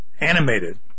animated